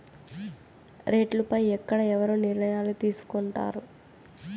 రేట్లు పై ఎక్కడ ఎవరు నిర్ణయాలు తీసుకొంటారు?